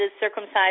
circumcised